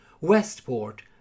Westport